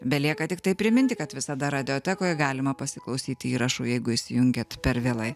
belieka tiktai priminti kad visada radijotekoje galima pasiklausyti įrašų jeigu įsijungėt per vėlai